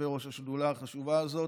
יושבי-ראש השדולה החשובה הזאת,